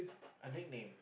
a nickname